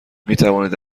میتوانید